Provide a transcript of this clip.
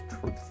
truth